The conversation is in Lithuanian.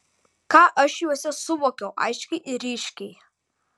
ką aš juose suvokiau aiškiai ir ryškiai